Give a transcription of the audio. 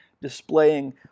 displaying